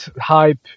hype